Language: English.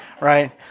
right